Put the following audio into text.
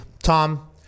Tom